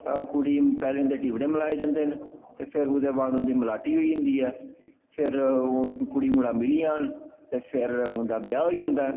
कुड़ी दे ते पैह्लें टिबड़े मलाए जंदे न ते फिर ओह्दे बाद उं'दी मलाटी होई जंदी ऐ ते फिर ओह् कुड़ी मुड़ा मिली जान ते फिर उं'दा ब्याह् होई जंदा ऐ